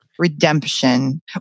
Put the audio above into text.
redemption